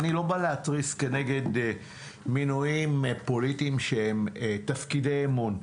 אני לא בא להתריס כנגד מינויים פוליטיים שהם תפקידי אמון,